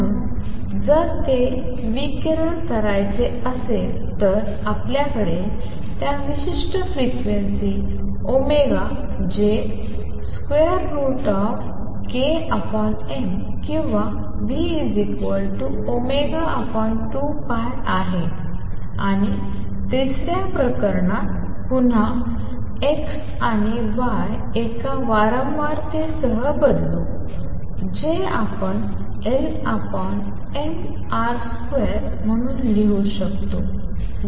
म्हणून जर ते विकिरण करायचे असेल तर आपलाकडे त्या विशिष्ट फ्रिक्वेन्सी जे √ किंवा ν2π आहे आणि तिसऱ्या प्रकरणात पुन्हा x आणि y एका वारंवारतेसह बदलू जे आपण LmR2म्हणून लिहू शकतो